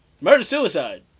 Murder-suicide